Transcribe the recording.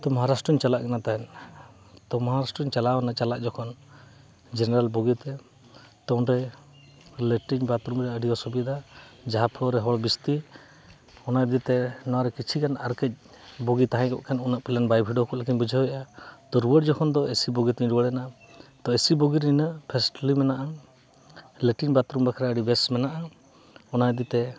ᱛᱚ ᱢᱚᱦᱟᱨᱟᱥᱴᱮᱚᱧ ᱪᱟᱞᱟᱜ ᱠᱟᱱᱟ ᱛᱟᱦᱮᱸᱫ ᱛᱚ ᱢᱚᱦᱟᱨᱟᱥᱴᱨᱚᱧ ᱪᱟᱞᱟᱣᱱᱟ ᱪᱟᱞᱟᱜ ᱡᱚᱠᱷᱚᱱ ᱡᱮᱱᱟᱨᱮᱞ ᱵᱳᱜᱤᱛᱮ ᱛᱚ ᱚᱸᱰᱮ ᱞᱮᱴᱨᱤᱧ ᱵᱟᱛᱨᱩᱢ ᱨᱮᱭᱟᱜ ᱟᱹᱰᱤ ᱚᱥᱩᱵᱤᱫᱟ ᱡᱟᱦᱟᱸ ᱯᱷᱳᱲ ᱨᱮ ᱦᱚᱲ ᱵᱤᱥᱛᱤ ᱚᱱᱟ ᱤᱫᱤᱛᱮ ᱱᱚᱣᱟ ᱨᱮ ᱠᱤᱪᱷᱩ ᱜᱟᱱ ᱟᱨ ᱠᱟᱹᱡ ᱵᱳᱜᱤ ᱛᱟᱦᱮᱱ ᱠᱷᱟᱱ ᱦᱩᱱᱟᱹᱜ ᱯᱟᱞᱮᱱ ᱵᱟ ᱵᱷᱤᱰᱟᱹᱣ ᱠᱚᱜ ᱞᱮᱠᱟᱧ ᱵᱩᱡᱷᱟᱹᱣᱮᱜᱼᱟ ᱛᱚ ᱨᱩᱣᱟᱹᱲ ᱡᱚᱠᱷᱚᱱ ᱫᱚ ᱮᱥᱤ ᱵᱳᱜᱤᱛᱮᱧ ᱨᱩᱣᱟᱹᱲᱮᱱᱟ ᱛᱚ ᱮᱥᱤ ᱵᱳᱜᱤ ᱨᱮ ᱱᱤᱱᱟᱹᱜ ᱯᱷᱮᱥᱴᱮᱞᱤ ᱢᱮᱱᱟᱜᱼᱟ ᱞᱮᱴᱨᱤᱧ ᱵᱟᱛᱷᱨᱩᱢ ᱵᱟᱠᱷᱨᱟ ᱟᱹᱰᱤ ᱵᱮᱥ ᱢᱮᱱᱟᱜᱼᱟ ᱚᱱᱟ ᱤᱫᱤᱛᱮ